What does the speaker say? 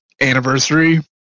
anniversary